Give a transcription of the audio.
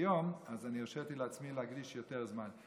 היום אז הרשיתי לעצמי להקדיש יותר זמן.